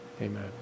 amen